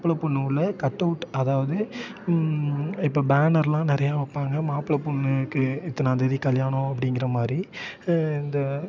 மாப்பிள்ளை பொண்ணுவுள்ள கட்டவுட்டு அதாவது இப்போ பேனரெலாம் நிறையா வைப்பாங்க மாப்பிள்ளை பொண்ணுக்கு இத்தனாந்தேதி கல்யாணம் அப்படிங்கற மாதிரி இந்த